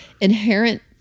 inherent